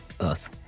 Earth